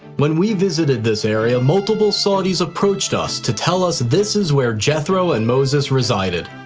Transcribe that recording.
when we visited this area, multiple saudis approached us to tell us this is where jethro and moses resided.